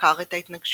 סקר את ההתנגשות.